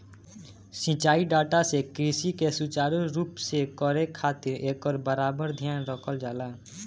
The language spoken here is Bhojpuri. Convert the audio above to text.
सिंचाई डाटा से कृषि के सुचारू रूप से करे खातिर एकर बराबर ध्यान रखल जाला